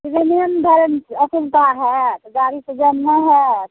ट्रेने धरैमे ने असुविधा हैत गाड़ीसे जाइमे नहि हैत